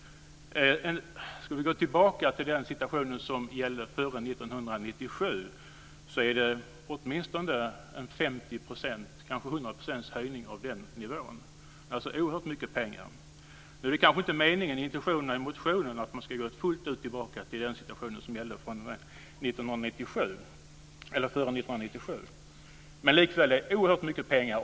Går vi tillbaka till den situation som gällde före 1997 ser vi att det åtminstone är 50 %, kanske 100 % höjning av nivån, alltså oerhört mycket pengar. Nu är kanske inte intentionen med motionen att man fullt ut ska gå tillbaka till den situation som gällde före 1997. Likväl är det oerhört mycket pengar.